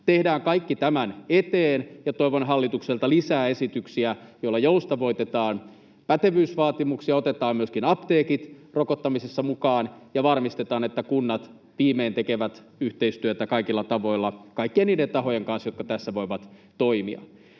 Tehdään kaikki tämän eteen, ja toivon hallitukselta lisää esityksiä, joilla joustavoitetaan pätevyysvaatimuksia, otetaan myöskin apteekit rokottamiseen mukaan ja varmistetaan, että kunnat viimein tekevät yhteistyötä kaikilla tavoilla kaikkien niiden tahojen kanssa, jotka tässä voivat toimia.